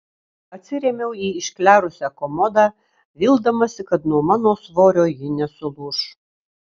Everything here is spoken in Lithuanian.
atsirėmiau į išklerusią komodą vildamasi kad nuo mano svorio ji nesulūš